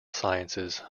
sciences